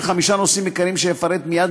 בחמישה נושאים עיקריים שאפרט מייד,